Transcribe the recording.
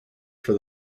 for